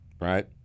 Right